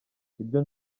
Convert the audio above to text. ibyo